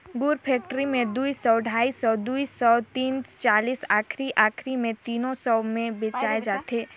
गुर फेकटरी मे दुई सौ, ढाई सौ, दुई सौ तीस चालीस आखिरी आखिरी मे तीनो सौ भी बेचाय जाथे